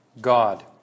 God